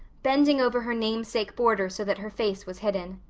bending over her namesake border so that her face was hidden.